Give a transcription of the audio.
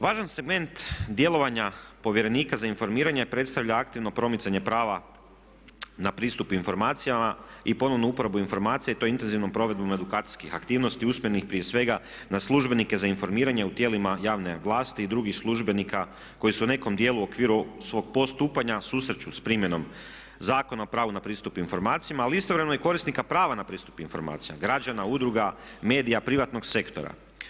Važan segment djelovanja povjerenika za informiranje predstavlja aktivno promicanje prava na pristup informacijama i ponovnu uporabu informacija i to intenzivnom provedbom edukacijskih aktivnosti usmenih prije svega na službenike za informiranje u tijelima javne vlasti i drugih službenika koji se u nekom dijelu u okviru svog postupanja susreću s primjenom zakona o pravu na pristup informacijama ali istovremeno i korisnika prava na pristup informacijama, građana, udruga, medija, privatnog sektora.